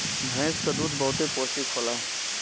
भैंस क दूध बहुते पौष्टिक होला